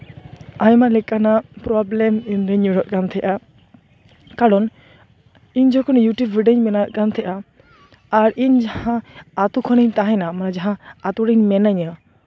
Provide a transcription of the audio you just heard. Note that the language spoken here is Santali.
ᱟᱭᱢᱟ ᱞᱮᱠᱟᱱᱟᱜ ᱯᱨᱚᱵᱞᱮᱢ ᱨᱤᱧ ᱧᱩᱨᱦᱟᱹᱜ ᱠᱟᱱ ᱛᱟᱦᱮᱸᱫᱼᱟ ᱠᱟᱨᱚᱱ ᱤᱧ ᱡᱚᱠᱷᱚᱱ ᱤᱭᱩᱴᱩᱵᱽ ᱵᱷᱤᱰᱭᱳᱧ ᱵᱮᱱᱟᱣᱮᱫ ᱠᱟᱱ ᱛᱟᱦᱮᱸᱫᱼᱟ ᱟᱨ ᱡᱟᱦᱟᱸ ᱟᱹᱛᱩ ᱠᱷᱚᱱᱤᱧ ᱛᱟᱦᱮᱸᱱᱟ ᱢᱟᱱᱮ ᱡᱟᱦᱟᱸ ᱟᱹᱛᱩᱨᱮ ᱤᱧ ᱢᱤᱱᱟᱹᱧᱟ